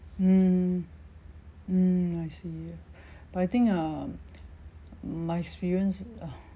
mm mm I see but I think um my experience uh